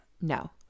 No